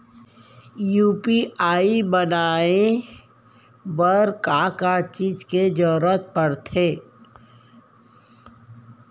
UPI बनाए बर का का चीज के जरवत पड़थे?